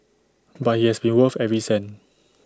but IT has been worth every cent